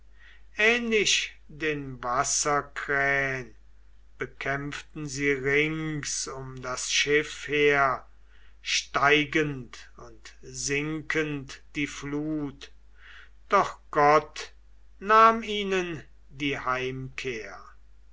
ähnlich den wasserkrähn bekämpften sie rings um das schiff her steigend und sinkend die flut doch gott nahm ihnen die heimkehr